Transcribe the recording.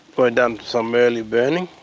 but had done some early burning,